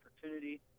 opportunity